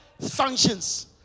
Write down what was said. functions